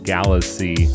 Galaxy